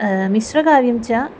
मिश्रकाव्यं च